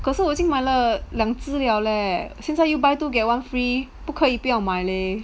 可是我已经买了两只 liao leh 现在又 buy two get one free 不可以不要买 leh